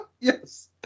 Yes